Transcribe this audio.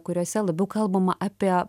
kuriose labiau kalbama apie